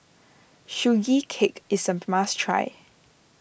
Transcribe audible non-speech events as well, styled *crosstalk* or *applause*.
Sugee Cake is a *unintelligible* must try